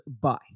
bye